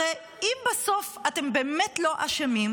הרי אם בסוף אתם באמת לא אשמים,